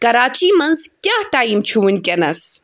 کَراچی منٛز کیاہ ٹایم چھُ وٕنکیٚنَس